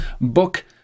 book